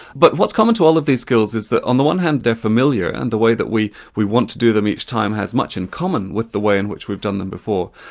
but what's common to all of these skills is that, on the one hand, they're familiar and the way that we we want to do them each time has much in common with the way in which we've done them before,